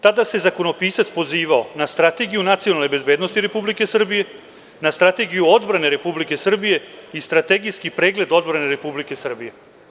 Naime, tada se zakonopisac pozivao na Strategiju nacionalne bezbednosti Republike Srbije, na Strategiju odbrane Republike Srbije i Strategijski pregled odbrane Republike Srbije.